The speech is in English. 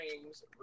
frames